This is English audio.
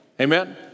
amen